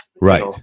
Right